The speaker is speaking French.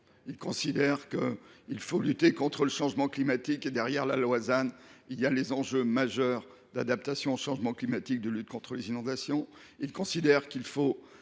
Il considère qu’il faut lutter contre le changement climatique, et derrière le ZAN, on retrouve les enjeux majeurs d’adaptation au changement climatique et de lutte contre les inondations ; il estime qu’il faut